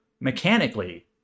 mechanically